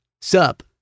Sup